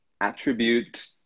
attribute